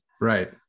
Right